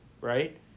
right